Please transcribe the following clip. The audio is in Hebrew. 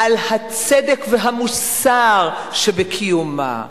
על הצדק והמוסריות שבקיומה,